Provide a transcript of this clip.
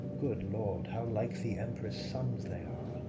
good lord, how like the empress' sons they are!